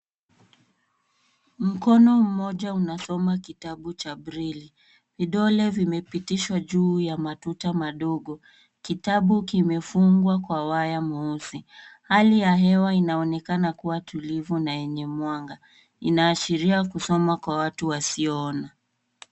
Mkono mmoja unasoma kitabu cha breli. Vidole vimepitishwa juu ya matuta madogo. Kitabu kimefungwa kwa waya mweusi. Hali ya hewa inaonekana kuwa tulivu na yenye mwanga. Inaashiria kusoma kwa watu wasiona.